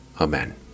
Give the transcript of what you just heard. Amen